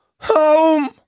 Home